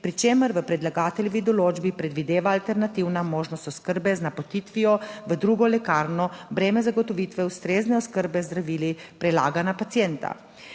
pri čemer v predlagateljevi določbi predvideva alternativna možnost oskrbe z napotitvijo v drugo lekarno, breme zagotovitve ustrezne oskrbe z zdravili prelaga na pacienta.